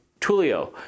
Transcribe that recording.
Tulio